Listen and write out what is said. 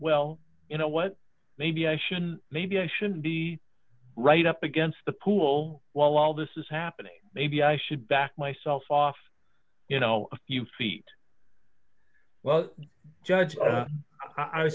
well you know what maybe i shouldn't maybe i shouldn't be right up against the pool while all this is happening maybe i should back myself off you know a few feet well judge i